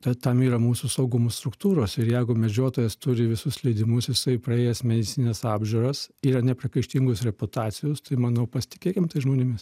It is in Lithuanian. tad tam yra mūsų saugumo struktūros ir jeigu medžiotojas turi visus leidimus jisai praėjęs medicinines apžiūras yra nepriekaištingos reputacijos tai manau pasitikėkim tais žmonėmis